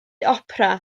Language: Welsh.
opera